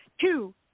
two